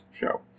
show